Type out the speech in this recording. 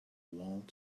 walled